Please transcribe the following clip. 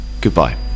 goodbye